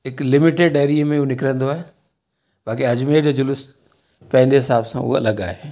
हिकु limited area में उहो निकिरंदो आहे बाक़ी अजमेर जो जुलूसु पंहिंजे हिसाब सां उहो अलॻि आहे